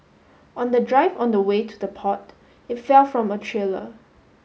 on the drive on the way to the port it fell from a trailer